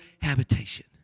habitation